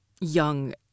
young